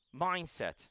mindset